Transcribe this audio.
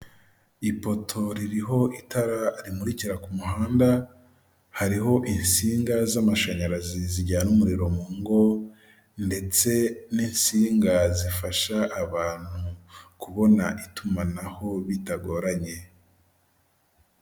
Ipoto ririho itara rimurikira ku muhanda, hariho insinga z'amashanyarazi zijyana umuriro ngo ndetse n'insinga zifasha abantu kubona itumanaho bitagoranye.